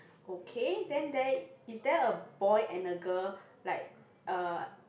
okay then there is there a boy and a girl like uh